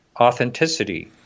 authenticity